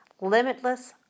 limitless